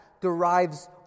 derives